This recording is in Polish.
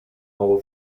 mało